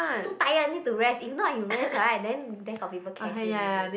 too tired need to rest if not you rest ah and then then got people catch you already